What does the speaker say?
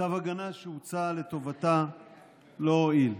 צו ההגנה שהוצא לטובתה לא הועיל.